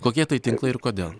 kokie tai tinklai ir kodėl